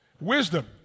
Wisdom